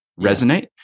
resonate